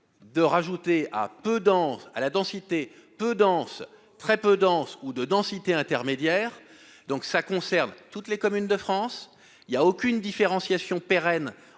dense à la densité peu dense, très peu dense ou de densité intermédiaire, donc ça concerne toutes les communes de France, il y a aucune différenciation pérenne